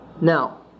Now